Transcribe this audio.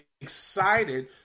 excited